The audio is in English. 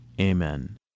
Amen